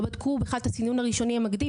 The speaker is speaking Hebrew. לא בדקו בכלל את הסינון הראשוני המקדים,